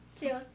Two